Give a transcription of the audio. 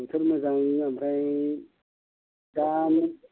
ओंखाम मोजां ओमफ्राय जानो